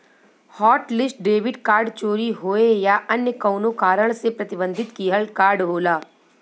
hotlist debit card चोरी होये या अन्य कउनो कारण से प्रतिबंधित किहल कार्ड होला